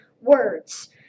words